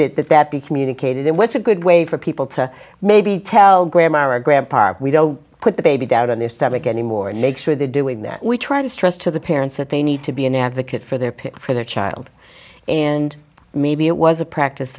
it that that be communicated and what's a good way for people to maybe tell grandma or grandpa or we don't put the baby down on their stomach anymore and make sure they're doing that we try to stress to the parents that they need to be an advocate for their pick for their child and maybe it was a practice